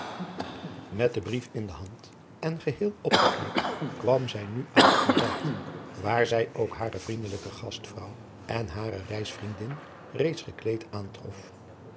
met den brief in de hand en geheel opgekleed kwam zij nu aan het ontbijt waar zij ook hare vriendelijke gastvrouw en hare reisvriendin reeds gekleed aantrof